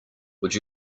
would